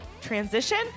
transition